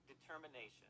determination